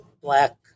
black